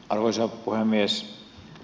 arvoisa puhemies